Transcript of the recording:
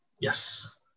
yes